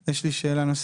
ג"ר: יש לי שאלה נוספת.